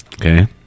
okay